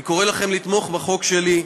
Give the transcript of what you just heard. אני קורא לכם לתמוך בחוק שלי.